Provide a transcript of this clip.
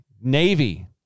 Navy